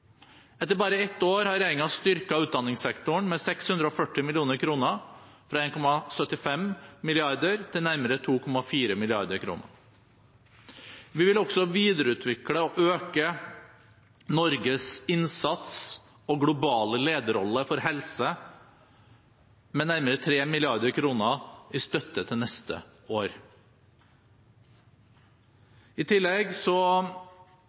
Etter bare ett år har regjeringen styrket utdanningssektoren med 640 mill. kr, fra 1,75 mrd. kr til nærmere 2,4 mrd. kr. Vi vil også videreutvikle og øke Norges innsats og globale lederrolle for helse med nærmere 3 mrd. kr i støtte neste år. I tillegg